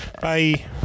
Bye